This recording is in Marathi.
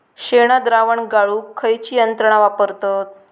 शेणद्रावण गाळूक खयची यंत्रणा वापरतत?